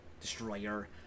Destroyer